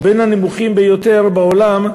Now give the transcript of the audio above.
או בין הנמוכים ביותר בעולם,